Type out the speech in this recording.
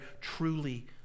truly